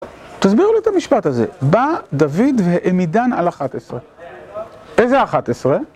תסביר לי את המשפט הזה, בא דוד והעמידן על 11, איזה 11?